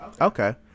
Okay